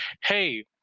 hey